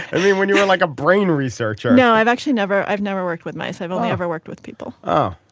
i mean when you were like a brain researcher. now i've actually never i've never worked with mice i've only ever worked with people. oh.